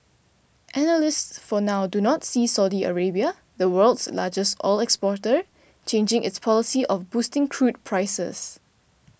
analysts for now do not see Saudi Arabia the world's largest oil exporter changing its policy of boosting crude prices